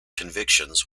convictions